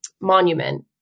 Monument